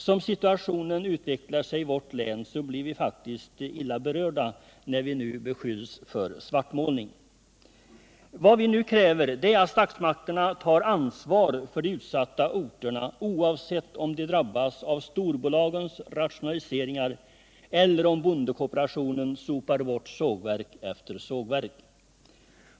Som situationen utvecklar sig i vårt län blir vi faktiskt illa berörda när vi nu beskylls för svartmålning. Vad vi kräver nu är att statsmakterna tar ansvar för de utsatta orterna, oavsett om de drabbas av storbolagens rationaliseringar eller om bondekooperationen sopar bort sågverk efter sågverk.